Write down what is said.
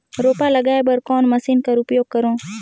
रोपा लगाय बर कोन मशीन कर उपयोग करव?